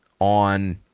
on